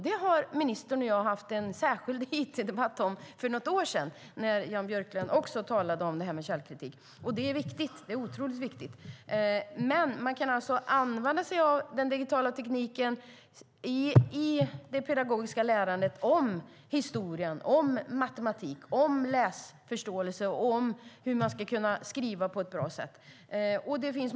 Det hade ministern och jag en särskild debatt om för något år sedan, och det är mycket viktigt. Man kan dock använda sig av den digitala tekniken i det pedagogiska lärandet om historia, matematik, läsförståelse och skrivande.